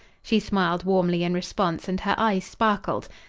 she smiled warmly in response, and her eyes sparkled.